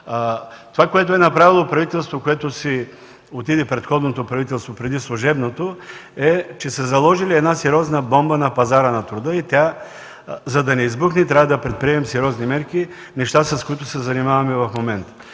Това, което е направило предходното правителство, преди служебното, е, че са заложили една сериозна бомба на пазара на труда и за да не избухне трябва да предприемем сериозни мерки – неща, с които се занимаваме в момента.